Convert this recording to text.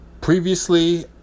Previously